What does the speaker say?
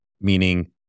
meaning